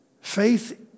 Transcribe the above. Faith